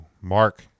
Mark